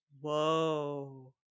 whoa